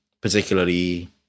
particularly